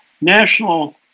national